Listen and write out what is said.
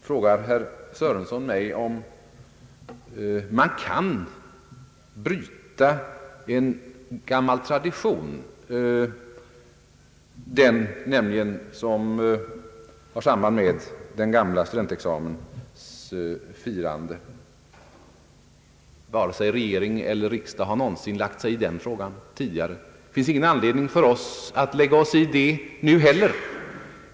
Herr Sörenson frågar mig om man kan bryta den gamla tradition som har samband med det hittillsvarande studentexamensfirandet. Varken regering eller riksdag har någonsin tidigare lagt sig i den frågan. Det finns ingen anledning för oss att lägga oss i den nu heller.